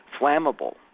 flammable